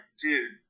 dude